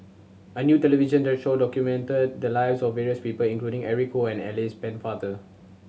a new television that show documented the lives of various people including Eric Khoo and Alice Pennefather